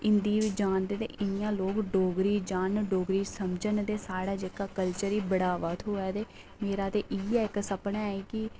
हिंदी जानदे ते इ'यां लोक डोगरी जानन डोगरी ई समझन ते साढ़ै जेह्का कल्चर बढ़ावा थ्होऐ ते मेरा ते इ'यै इक सपना ऐ कि